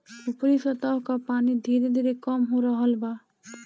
ऊपरी सतह कअ पानी धीरे धीरे कम हो रहल बा